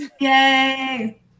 Yay